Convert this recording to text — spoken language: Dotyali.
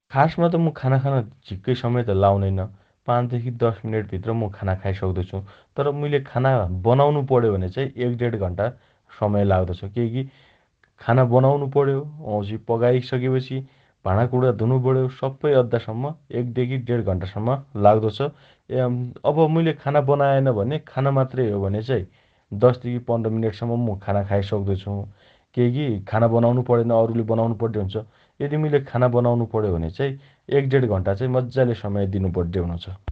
खासमा त मु खाना खान झिक्कै समय त लाउनैन । पाँचदेखि दश मिनेटभित्र मु खाना खाइसक्दो छु । तर, मुइले खाना बनाउनु पण्यो भने चाइ एकडेण घण्टा समय लाग्दोछ । केइकी खाना बनाउनो पण्यो । वाउँछि पकाइसकेपछि भाँणाकुणा धुनोपण्यो । सप्पै अद्दासम्म एक देखि डेण घण्टासम्म लाग्दो छ । एयम अब मुइले खाना बनाएन भने खाना मात्रै हो भने चाइ दशदेखि पन्ध्र मिनेटसम्म मु खाना खाइसक्दो छु । केइकी खाना बनाउनु पणेन । अरुले बनाउनो पड्डे हुन्छ । यदि मुइले खाना बनाउनु पण्यो भने चाइ एक डेण घण्टा मज्जाले समय दिनुपड्डे हुनोछ ।